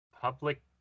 Public